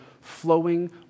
flowing